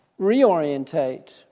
reorientate